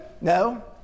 No